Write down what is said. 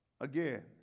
again